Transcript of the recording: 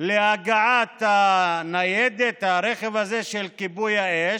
להגעת הניידת, הרכב הזה של כיבוי האש.